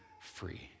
free